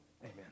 Amen